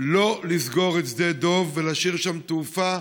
שלא לסגור את שדה דב ולהשאיר שם תעופה,